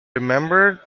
remembered